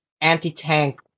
anti-tank